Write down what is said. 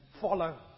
follow